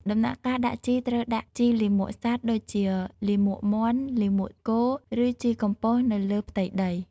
ដំណាក់កាលដាក់ជីត្រូវដាក់ ជីលាមកសត្វ (ដូចជាលាមកមាន់ លាមកគោ) ឬ ជីកំប៉ុស្ត នៅលើផ្ទៃដី។